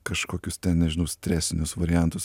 kažkokius ten nežinau stresinius variantus